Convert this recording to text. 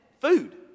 food